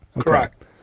correct